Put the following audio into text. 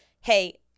hey